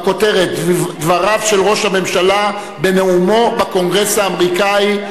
בכותרת: דבריו של ראש הממשלה בנאומו בקונגרס האמריקני.